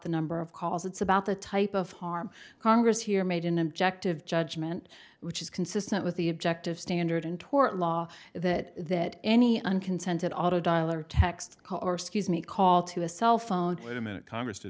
the number of calls it's about the type of harm congress here made an objective judgment which is consistent with the objective standard tort law that that any unconsented autodialer text or scuse me call to a cell phone in a minute congress to